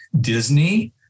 Disney